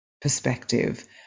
perspective